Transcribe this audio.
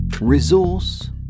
Resource